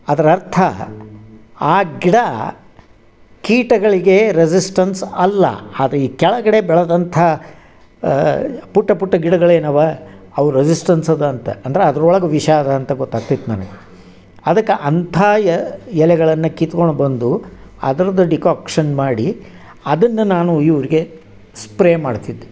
ಅದ್ರ ಅರ್ಥ ಆ ಗಿಡ ಕೀಟಗಳಿಗೇ ರೆಝಿಸ್ಟೆನ್ಸ್ ಅಲ್ಲ ಆದ್ರ ಈ ಕೆಳಗಡೆ ಬೆಳೆದಂಥಾ ಪುಟ್ಟ ಪುಟ್ಟ ಗಿಡಗಳು ಏನು ಅವ ಅವು ರೆಝಿಸ್ಟೆನ್ಸ್ ಅದ ಅಂತ ಅಂದ್ರ ಅದ್ರೊಳಗೆ ವಿಷ ಅದ ಅಂತ ಗೊತ್ತಾಗ್ತೈತೆ ನನಗೆ ಅದಕ್ಕೆ ಅಂಥ ಎಲೆಗಳನ್ನ ಕಿತ್ಕೊಂಡು ಬಂದು ಅದುರ್ದು ಡಿಕಾಕ್ಷನ್ ಮಾಡಿ ಅದನ್ನ ನಾನು ಇವ್ರ್ಗೆ ಸ್ಪ್ರೇ ಮಾಡ್ತಿದ್ದೆ